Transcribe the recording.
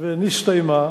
ונסתיימה